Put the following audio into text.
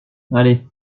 allez